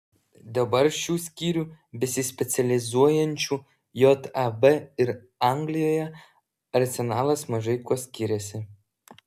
dabar šių skyrių besispecializuojančių jav ir anglijoje arsenalas mažai kuo skiriasi